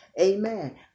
Amen